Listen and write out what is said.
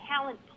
talent